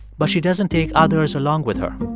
but she doesn't take others along with her